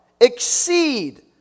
exceed